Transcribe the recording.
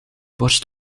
borst